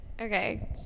Okay